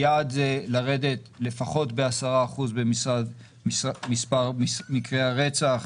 היעד זה לרדת לפחות ב-10% במספר מקרי הרצח.